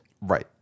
Right